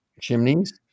chimneys